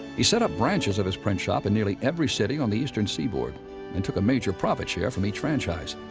he set up branches of his print shop in nearly every city on the eastern seaboard and took a major profit share from each franchise.